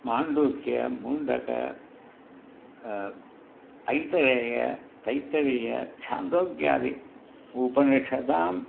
माण्डूक्य मुण्डक ऐतरेय तैत्तरीय छान्दोग्यादि उपनिषदाम्